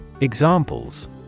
Examples